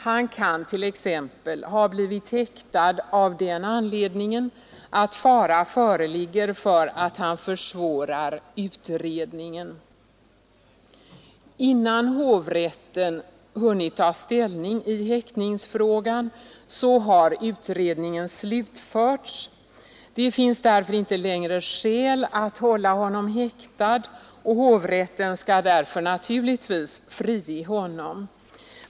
Han kan t.ex. ha blivit häktad av den anledningen att fara föreligger för att han försvårar utredningen. Innan hovrätten hunnit ta ställning i häktningsfrågan har utredningen slutförts. Det finns därför inte längre skäl att hålla honom häktad och hovrätten skall därför naturligtvis frige honom.